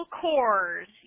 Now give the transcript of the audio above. cores